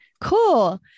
Cool